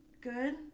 Good